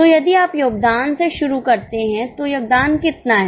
तो यदि आप योगदान से शुरू करते हैं तो योगदान कितना है